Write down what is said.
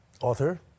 author